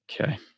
Okay